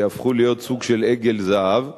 שהפכו להיות סוג של עגל זהב,